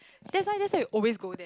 that's why that's why we always go there